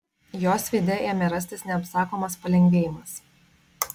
jos veide ėmė rastis neapsakomas palengvėjimas